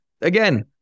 again